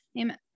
amen